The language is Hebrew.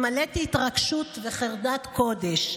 התמלאתי התרגשות וחרדת קודש.